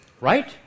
right